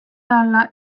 alla